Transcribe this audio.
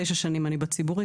תשע שנים אני בציבורי,